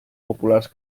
populars